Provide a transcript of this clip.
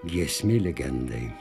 giesmė legendai